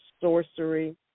sorcery